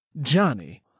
Johnny